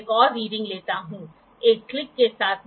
अगला एंगल माप है इन्हें फीलर गेज कहा जाता है